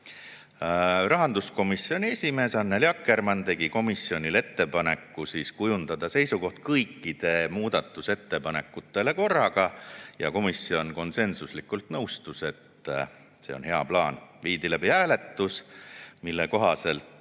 Rahanduskomisjoni esimees Annely Akkermann tegi komisjonile ettepaneku kujundada seisukoht kõikide muudatusettepanekute kohta korraga ja komisjon konsensuslikult nõustus, et see on hea plaan. Viidi läbi hääletus, mille